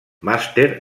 màster